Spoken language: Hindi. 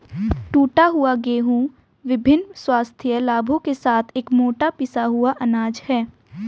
टूटा हुआ गेहूं विभिन्न स्वास्थ्य लाभों के साथ एक मोटा पिसा हुआ अनाज है